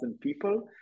people